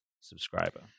subscriber